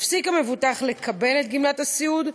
מפסיק המבוטח לקבל את גמלת הסיעוד,